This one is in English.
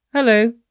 Hello